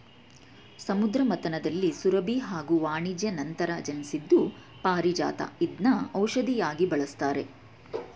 ಸಮುದ್ರ ಮಥನದಲ್ಲಿ ಸುರಭಿ ಹಾಗೂ ವಾರಿಣಿ ನಂತರ ಜನ್ಸಿದ್ದು ಪಾರಿಜಾತ ಇದ್ನ ಔಷ್ಧಿಯಾಗಿ ಬಳಸ್ತಾರೆ